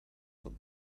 them